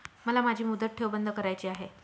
मला माझी मुदत ठेव बंद करायची आहे